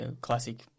classic